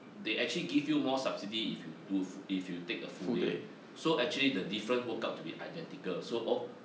they actually give you more subsidy if you do if you take the full day so actually the different workout out to be identical so oh